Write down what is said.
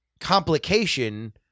complication